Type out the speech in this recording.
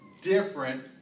different